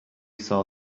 saw